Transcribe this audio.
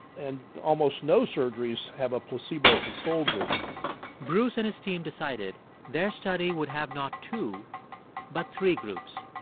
and almost no surgeries have a placebo control group bruce and his team decided their study would have not two but three groups.